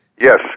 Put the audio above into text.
Yes